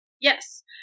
Yes